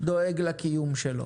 דואג לקיום שלו.